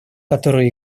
которую